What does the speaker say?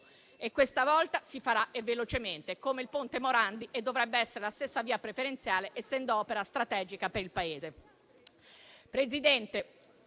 Questa volta si farà e velocemente, come il Ponte Morandi, e dovrebbe essere la stessa via preferenziale essendo opera strategica per il Paese.